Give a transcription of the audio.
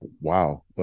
wow